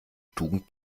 tugend